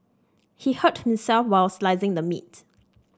he hurt himself while slicing the meat